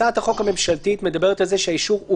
הצעת החוק הממשלתית מדברת על כך שהאישור הוא